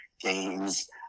games